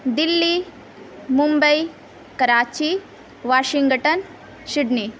Delhi Mumbai Karachi Washington Sydney